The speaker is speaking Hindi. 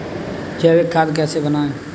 जैविक खाद कैसे बनाएँ?